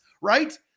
right